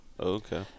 Okay